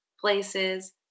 places